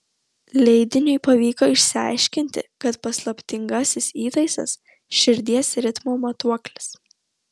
leidiniui pavyko išsiaiškinti kad paslaptingasis įtaisas širdies ritmo matuoklis